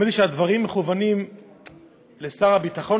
נדמה לי שהדברים מכוונים לשר הביטחון,